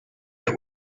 der